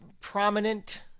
prominent